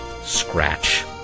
scratch